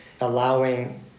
allowing